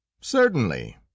Certainly